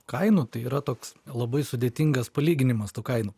kainų tai yra toks labai sudėtingas palyginimas tų kainų